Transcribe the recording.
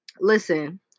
Listen